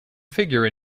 figure